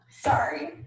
Sorry